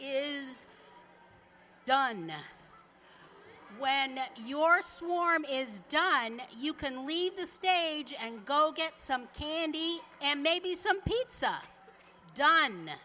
is done now when your swarm is done you can leave the stage and go get some candy and maybe some pizza done